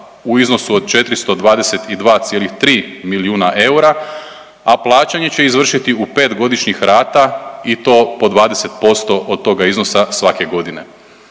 u iznosu od 422,3 milijuna eura, a plaćanje će izvršiti u 5 godišnjih rata i to po 20% od toga iznosa svake godine.